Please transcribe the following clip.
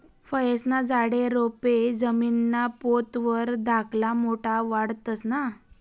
फयेस्ना झाडे, रोपे जमीनना पोत वर धाकला मोठा वाढतंस ना?